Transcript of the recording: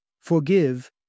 Forgive